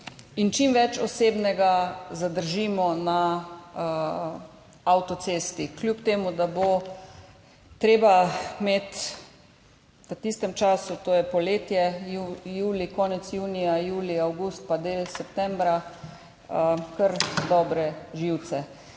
čim več osebnega zadržimo na avtocesti, kljub temu da bo treba imeti v tistem času, to je poletje, konec junija, julij, avgust pa del septembra, kar dobre živce.